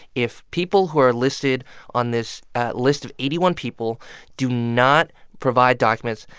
if people who are listed on this list of eighty one people do not provide documents,